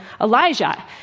Elijah